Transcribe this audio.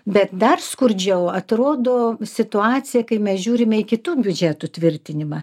bet dar skurdžiau atrodo situacija kai mes žiūrime į kitų biudžetų tvirtinimą